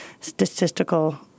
statistical